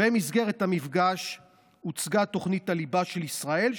במסגרת המפגש הוצגה תוכנית הליבה של ישראל,